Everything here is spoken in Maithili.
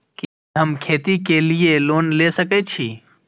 कि हम खेती के लिऐ लोन ले सके छी?